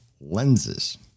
lenses